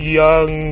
young